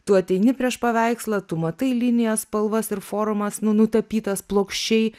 tu ateini prieš paveikslą tu matai linijas spalvas ir formas nu nutapytas plokščiai